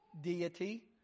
deity